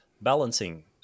balancing